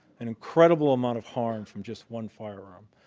an incredible amount of harm from just one firearm.